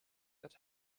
their